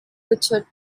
richard